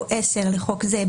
או (10) לחוק זה,